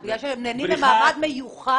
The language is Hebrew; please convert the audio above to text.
כי הם נהנים ממעמד מיוחד?